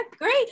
great